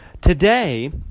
Today